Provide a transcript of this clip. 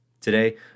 today